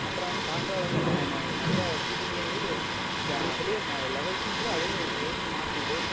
அப்புறம் வந்து காண்ட்ராவில் வந்து நெ நெ நிறையா ஷூட்டிங் கேம் இருக்குது அதுலையே லெவல்ஸும் இருக்குது அதே கேமும் மாற்றி விடு